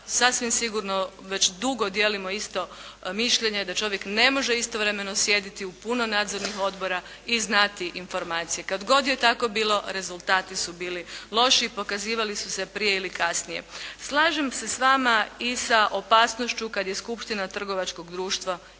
Sasvim sigurno već dugo dijelimo isto mišljenje da čovjek ne može istovremeno sjediti u puno nadzornih odbora i znati informacije. Kad god je tako bilo rezultati su bili loši i pokazivali su se prije ili kasnije. Slažem se s vama i sa opasnošću kad je skupština trgovačkog društva jedna